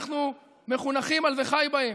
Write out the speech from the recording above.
אנחנו מחונכים על "וחי בהם",